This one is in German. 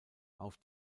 auf